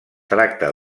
tracta